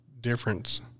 difference